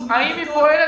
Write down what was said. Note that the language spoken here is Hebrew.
האם היא פועלת